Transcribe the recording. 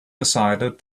decided